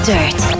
Dirt